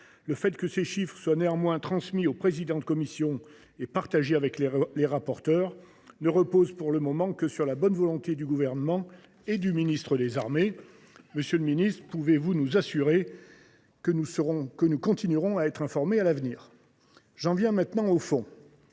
Le fait que ces chiffres soient transmis aux présidents de commission et partagés avec les rapporteurs ne repose, pour le moment, que sur la bonne volonté du Gouvernement et du ministre des armées. Monsieur le ministre, pouvez vous nous assurer que nous continuerons d’en être informés à l’avenir ? J’en viens au fond.